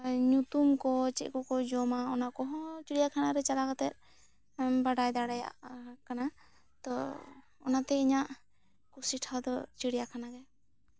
ᱧᱩᱛᱩᱢ ᱠᱚ ᱪᱮᱫ ᱠᱚ ᱠᱚ ᱡᱚᱢᱟ ᱚᱱᱟ ᱠᱚᱦᱚᱸ ᱪᱤᱬᱤᱭᱟ ᱠᱷᱟᱱᱟ ᱨᱮ ᱪᱟᱞᱟᱣ ᱠᱟᱛᱮᱜ ᱵᱟᱰᱟᱭ ᱫᱟᱲᱮᱭᱟᱜᱼᱟ ᱠᱟᱱᱟ ᱛᱚ ᱚᱱᱟᱛᱮ ᱤᱧᱟᱹᱜ ᱠᱩᱥᱤ ᱴᱷᱟᱶ ᱫᱚ ᱪᱤᱬᱤᱭᱟ ᱠᱷᱟᱱᱟ ᱜᱮ